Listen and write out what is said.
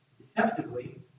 deceptively